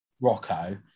Rocco